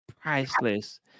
priceless